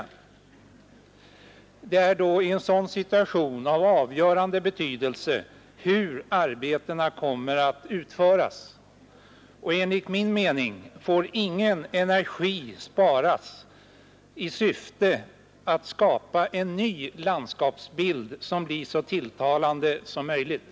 Nr 41 Det har i en sådan situation avgörande betydelse hur arbetena kommer Onsdagen den att utföras. Enligt min mening får ingen energi sparas i syfte att skapa en 15 mars 1972 ny landskapsbild som blir så tilltalande som möjligt.